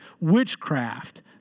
witchcraft